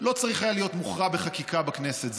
לא צריך היה להיות מוכרע בחקיקה בכנסת.